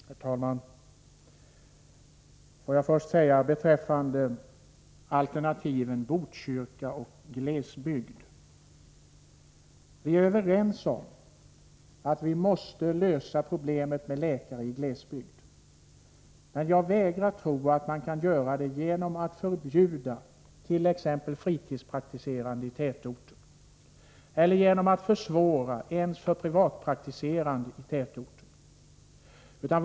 Herr talman! Låt mig först säga beträffande alternativen Botkyrka och glesbygd att vi är överens om att vi måste lösa problemet med läkare i glesbygd. Jag vägrar emellertid att tro att man kan göra det genom att t.ex. förbjuda fritidspraktiserande läkare i tätorten eller genom att försvåra för privatpraktiserande i tätorten.